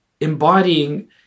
embodying